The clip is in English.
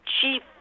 chief